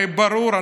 הרי ברור,